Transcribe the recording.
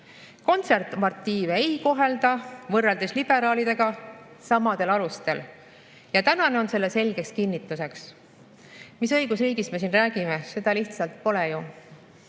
Konservatiive ei kohelda võrreldes liberaalidega samadel alustel. Tänane on selle selgeks kinnituseks. Mis õigusriigist me siin räägime? Seda ju lihtsalt pole!